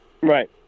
right